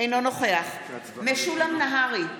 בעד משולם נהרי,